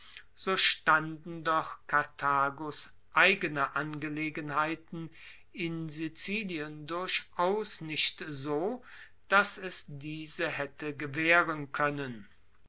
so standen doch karthagos eigene angelegenheiten in sizilien durchaus nicht so dass es diese haette gewaehren koennen